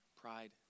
pride